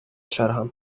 черга